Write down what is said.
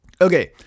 Okay